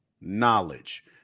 knowledge